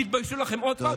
תתביישו לכם עוד פעם.